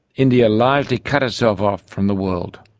india largely cut itself off from the world.